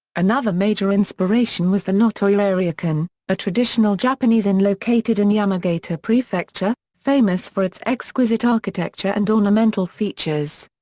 another major inspiration was the notoyaryokan, a traditional japanese inn located in yamagata prefecture, famous for its exquisite architecture and ornamental features.